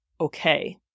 okay